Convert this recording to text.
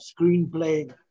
screenplay